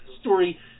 story